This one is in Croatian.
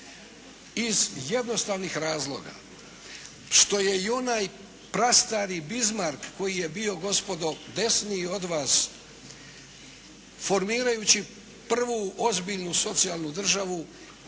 iz jednostavnih razloga što je i onaj prastari Bismark koji je bio gospodo desniji od vas formirajući prvu ozbiljnu socijalnu državu,